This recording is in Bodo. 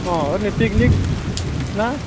अ ओरैनो पिकनिक ना